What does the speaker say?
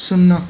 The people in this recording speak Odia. ଶୂନ